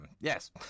Yes